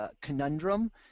conundrum